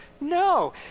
No